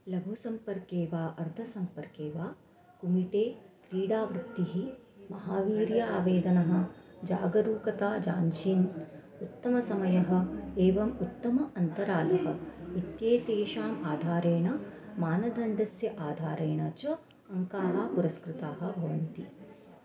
लघुसम्पर्के वा अर्धसम्पर्के वा कुमिटे क्रीडा वृत्तिः महावीर्या आवेदना जागरूकता जान्सिन् उत्तमसमयः एवम् उत्तमः अन्तरालः इत्येतेषाम् आधारेण मानदण्डस्य आधारेण च अङ्काः पुरस्कृताः भवन्ति